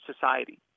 society